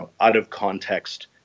out-of-context